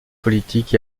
politique